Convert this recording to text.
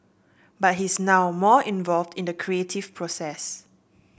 but he's now more involved in the creative process